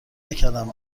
نکردم